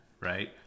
right